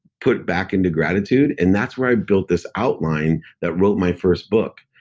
put back into gratitude, and that's where i built this outline that wrote my first book.